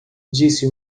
disse